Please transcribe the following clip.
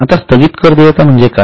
आता स्थागित देयता म्हणजे काय